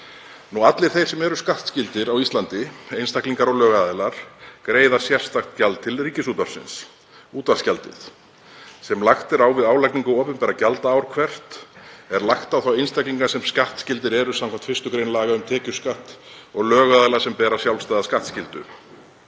Allir þeir sem skattskyldir eru á Íslandi, einstaklingar og lögaðilar, greiða sérstakt gjald til Ríkisútvarpsins, útvarpsgjaldið, sem lagt er á við álagningu opinberra gjalda ár hvert. Það er lagt á þá einstaklinga sem skattskyldir eru samkvæmt 1. gr. laga um tekjuskatt og lögaðila sem bera sjálfstæða skattskyldu